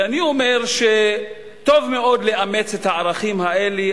ואני אומר שטוב מאוד לאמץ את הערכים האלה,